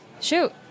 Shoot